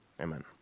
Amen